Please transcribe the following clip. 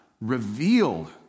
revealed